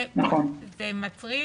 זה מצריך,